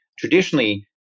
Traditionally